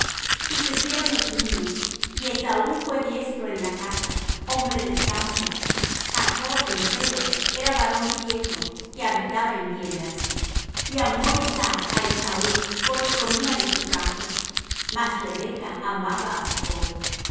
y crecieron los niños y esaú fué diestro en la caza hombre del campo jacob empero era varón quieto que habitaba en tiendas y amó isaac á esaú porque comía de su caza mas rebeca amaba á jacob